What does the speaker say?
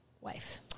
wife